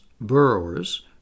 burrowers